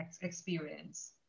experience